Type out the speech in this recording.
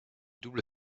double